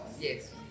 Yes